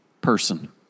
person